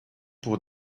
pour